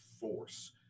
force